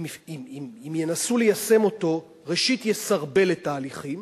אם ינסו ליישם אותו, ראשית יסרבל את ההליכים